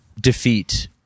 defeat